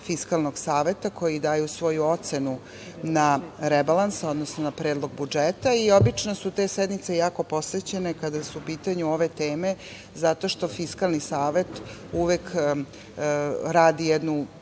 Fiskalnog saveta, koji daju svoju ocenu na rebalans, odnosno na predlog budžeta. Obično su te sednice jako posećene kada su u pitanju ove teme, zato što Fiskalni savet uvek radi jednu